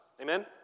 Amen